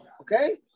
Okay